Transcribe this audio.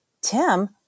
Tim